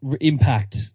impact